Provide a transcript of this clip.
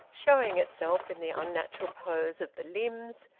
showing itself in the unnatural pose of the limbs,